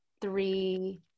three